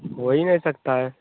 हो ही नहीं सकता है